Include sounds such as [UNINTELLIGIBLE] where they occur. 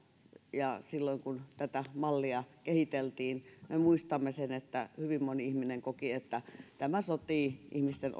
ja silloin kun tätä mallia kehiteltiin me muistamme että hyvin moni ihminen koki että se sotii ihmisten [UNINTELLIGIBLE]